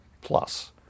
plus